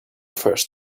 first